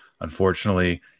unfortunately